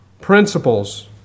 principles